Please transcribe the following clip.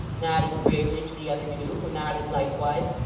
nodding gravely to the other two who nodded likewise,